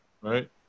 right